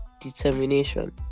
determination